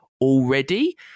already